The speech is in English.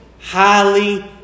highly